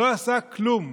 לא עשה כלום,